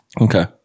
Okay